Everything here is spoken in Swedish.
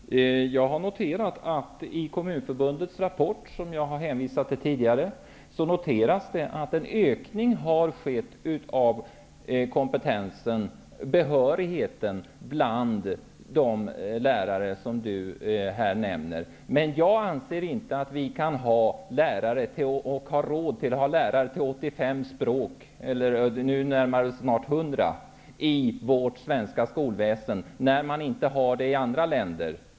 Herr talman! Jag har noterat att det i Kommunförbundets rapport, som jag har hänvisat till tidigare, står att en höjning av kompetensen, behörigheten, hos de lärare som Christer Lindblom nämner har skett. Men jag anser inte att vi har råd att ha lärare i 85 språk -- det närmar sig 100 språk -- i vårt svenska skolväsende, när man inte har det i andra länder.